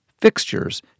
fixtures